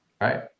Right